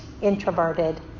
introverted